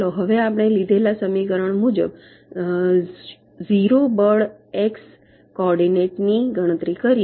ચાલો પહેલા આપણે લીધેલા સમીકરણ મુજબ 0 બળ એક્સ કોઓર્ડીનેટ ની ગણતરી કરીએ